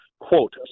quote